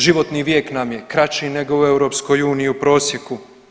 Životni vijek nam je kraći nego u EU u prosjeku.